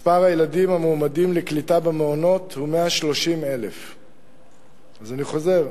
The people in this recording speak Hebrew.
מספר הילדים המועמדים לקליטה במעונות הוא 130,000. אז אני חוזר: